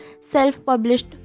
self-published